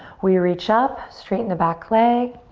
we reach up straighten the back leg.